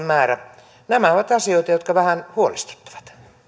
määrä nämä ovat asioita jotka vähän huolestuttavat